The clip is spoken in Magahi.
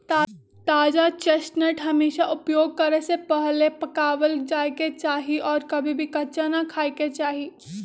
ताजा चेस्टनट हमेशा उपयोग करे से पहले पकावल जाये के चाहि और कभी भी कच्चा ना खाय के चाहि